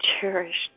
cherished